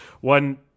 one –